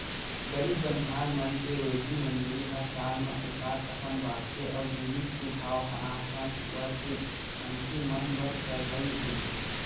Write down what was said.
गरीब बनिहार मन के रोजी मंजूरी ह साल म एकात अकन बाड़थे अउ जिनिस के भाव ह आसमान छूवत हे मनखे मन बर करलई हे